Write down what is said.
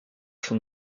son